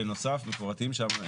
בנוסף מפורטות שם,